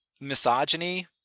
misogyny